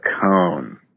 cone